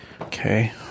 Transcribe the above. Okay